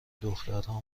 دخترها